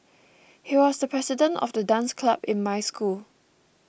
he was the president of the dance club in my school